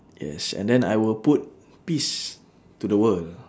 yes and then I will put peace to the world